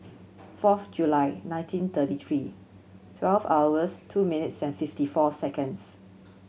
fourth July nineteen thirty three twelve hours two minutes and fifty four seconds